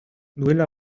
duela